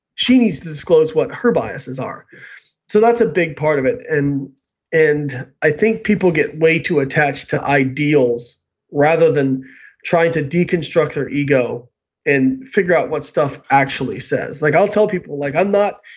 she needs to disclose what her biases are so that's a big part of it. and and i think people get way too attached to ideals rather than trying to deconstruct their ego and figure out what stuff actually says. like i'll tell people like i'm not,